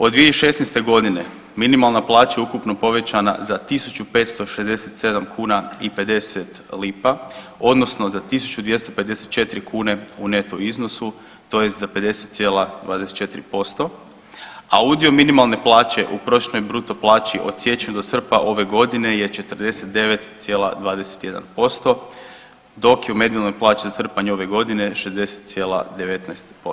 Od 2016.g. minimalna plaća je ukupno povećana za 1.567 kuna i 50 lipa odnosno za 1.254 kune u neto iznosu tj. za 50,24%, a udio minimalne plaće u prosječnoj bruto plaći od siječnja do srpnja ove godine je 49,21%, dok je u medijalnoj plaći za srpanj ove godine 60,19%